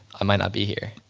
i might not be here